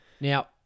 Now